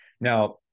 now